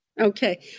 Okay